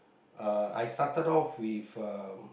uh I started off with uh